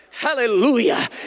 Hallelujah